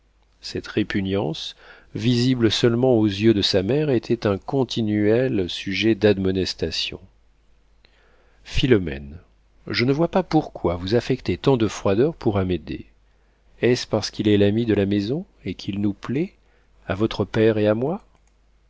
cette répugnance visible seulement aux yeux de sa mère était un continuel sujet d'admonestation philomène je ne vois pas pourquoi vous affectez tant de froideur pour amédée est-ce parce qu'il est l'ami de la maison et qu'il nous plaît à votre père et à moi